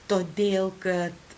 todėl kad